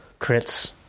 Crits